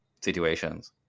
situations